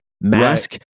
mask